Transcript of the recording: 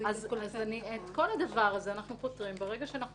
את כל הדבר הזה אנחנו פותרים ברגע שאנחנו